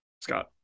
Scott